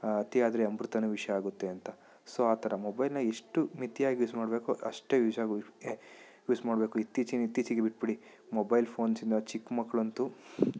ಅತಿಯಾದರೆ ಅಮೃತವೂ ವಿಷ ಆಗುತ್ತೆ ಅಂತ ಸೊ ಆ ಥರ ಮೊಬೈಲ್ನ ಎಷ್ಟು ಮಿತಿಯಾಗಿ ಯೂಸ್ ಮಾಡಬೇಕೊ ಅಷ್ಟೇ ಯೂಸ್ ಮಾಡಬೇಕು ಇತ್ತೀಚಿನ ಇತ್ತೀಚೆಗೆ ಬಿಟ್ಬಿಡಿ ಮೊಬೈಲ್ ಫೋನ್ಸಿಂದ ಚಿಕ್ಕ ಮಕ್ಳಂತೂ